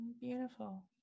beautiful